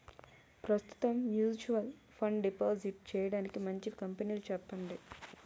ప్రస్తుతం mutual fund deposit చేయడానికి మంచి కంపెనీలు చెప్పండి